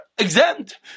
Exempt